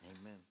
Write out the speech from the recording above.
Amen